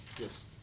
yes